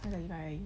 how the guy